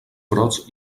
brots